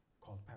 called